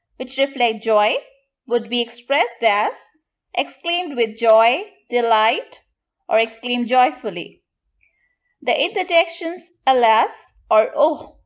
which reflect joy would be expressed as exclaimed with joy delight or exclaimed joyfully the interjections alas! or oh!